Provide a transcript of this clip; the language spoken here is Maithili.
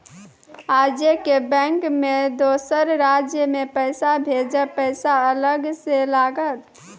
आजे के बैंक मे दोसर राज्य मे पैसा भेजबऽ पैसा अलग से लागत?